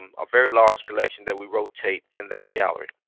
um a very large collection that we rotate in that gallery.